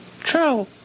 True